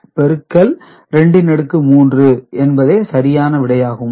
இந்த விடை பெருக்கல் 2 இன் அடுக்கு 3 என்பதே சரியான விடை ஆகும்